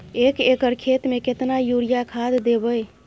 एक एकर खेत मे केतना यूरिया खाद दैबे?